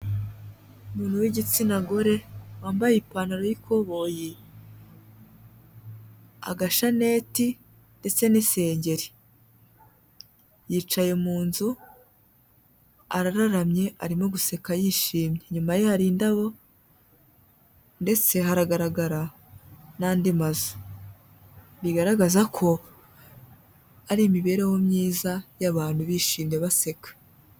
Umuntu w'igitsina gore wambaye ipantaro y'ikoboyi, agashaneti ndetse n'isengeri. Yicaye mu nzu ,araramye ,arimo guseka yishimye. Inyuma ye hari indabo ndetse haragaragara n'andi mazu. Bigaragaza ko, ari imibereho myiza y'abantu bishimye baseka.